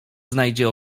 znajdzie